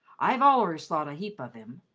i've allers thort a heap of him.